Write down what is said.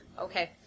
okay